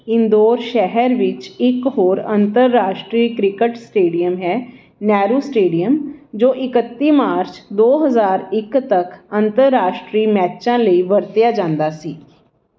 ਇੰਦੌਰ ਸ਼ਹਿਰ ਵਿੱਚ ਇੱਕ ਹੋਰ ਅੰਤਰਰਾਸ਼ਟਰੀ ਕ੍ਰਿਕਟ ਸਟੇਡੀਅਮ ਹੈ ਨਹਿਰੂ ਸਟੇਡੀਅਮ ਜੋ ਇਕੱਤੀ ਮਾਰਚ ਦੋ ਹਜ਼ਾਰ ਇੱਕ ਤੱਕ ਅੰਤਰਰਾਸ਼ਟਰੀ ਮੈਚਾਂ ਲਈ ਵਰਤਿਆ ਜਾਂਦਾ ਸੀ